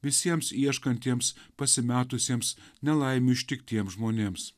visiems ieškantiems pasimetusiems nelaimių ištiktiem žmonėms